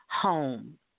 home